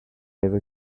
ever